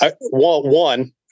one